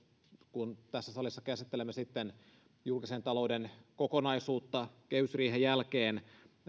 kun tässä salissa käsittelemme julkisen talouden kokonaisuutta kehysriihen jälkeen